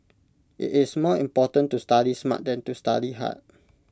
IT is more important to study smart than to study hard